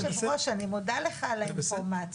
אדוני היושב-ראש, אני מודה לך על האינפורמציה.